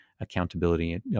accountability